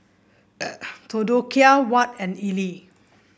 Theodocia Watt and Elie